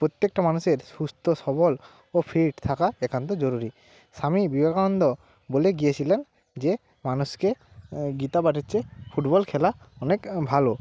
প্রত্যেকটা মানুষের সুস্থ সবল ও ফিট থাকা একান্ত জরুরি স্বামী বিবেকানন্দ বলে গিয়েছিলেন যে মানুষকে গীতা পাঠের হচ্ছে ফুটবল খেলা অনেক ভালো